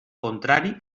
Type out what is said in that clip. contrari